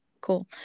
Cool